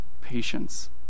patience